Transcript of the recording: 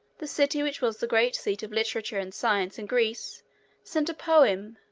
the city which was the great seat of literature and science in greece sent a poem,